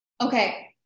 Okay